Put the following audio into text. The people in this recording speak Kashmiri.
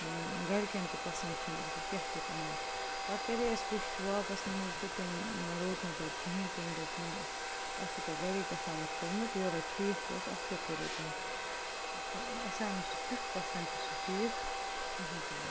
گَرِکٮ۪ن تہِ پسنٛد کِہیٖنۍ دوٚپُکھ یہِ کیٛاہ چھُکھ اوٚنمُت پتہٕ کَرے اَسہِ کوٗشش واپس نِنٕچ تہٕ تٔمۍ نَہ روٚٹ نہ تَتہِ کِہیٖنۍ تٔمۍ دوٚپ نَہ اَتھ چھُو تۄہہِ گَرے کیتھامتھ کوٚرمُت یورے ٹھیٖک اوس اَتھ کیٛاہ کوٚروٕ تۄہہِ تہِ اَسہ آو نہٕ سُہ تیُتھ پسنٛد تہِ سُہ چیٖز کِہیٖنۍ تہِ نہٕ